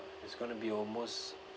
it's going to be almost